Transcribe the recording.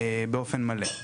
באופן מלא.